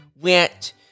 went